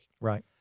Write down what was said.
Right